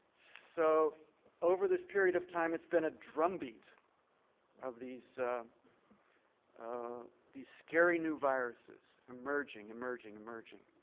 so over this period of time, it's been a drumbeat of these these scary new viruses emerging, emerging, emerging.